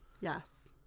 Yes